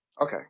Okay